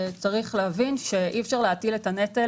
צריך להבין שאי אפשר להטיל את הנטל,